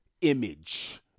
image